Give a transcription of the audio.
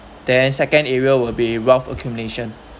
then second area will be wealth accumulation